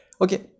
Okay